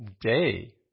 day